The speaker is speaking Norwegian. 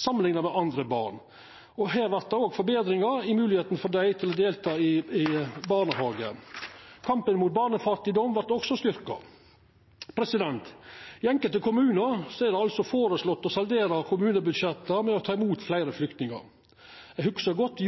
samanlikna med andre barn. Her vert det òg forbetringar i moglegheita for dei til å delta i barnehage. Kampen mot barnefattigdom vert også styrkt. I enkelte kommunar er det føreslått å saldera kommunebudsjettet ved å ta imot fleire flyktningar. Eg hugsar godt